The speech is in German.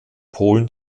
polen